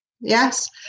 Yes